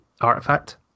artifact